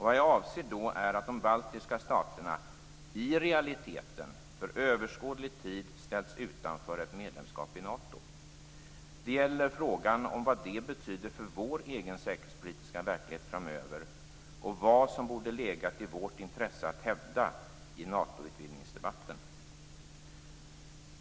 Vad jag avser är att de baltiska staterna i realiteten för överskådlig tid ställs utanför ett medlemskap i Nato. Det gäller frågan om vad detta betyder för vår egen säkerhetspolitiska verklighet framöver och vad som borde ha legat i vårt intresse att hävda i debatten om Natos utvidgning.